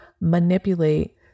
manipulate